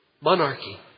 monarchy